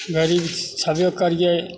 गरीब छेबे करिए